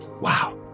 Wow